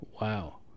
Wow